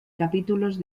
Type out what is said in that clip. capítulos